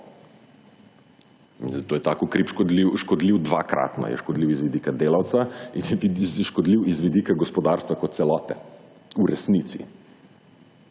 Zato je ta ukrep škodljiv, dvakratno je škodljiv iz vidika delavca in je škodljiv iz vidika gospodarstva kot celote, v resnici.